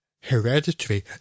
hereditary